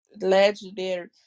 legendary